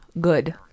good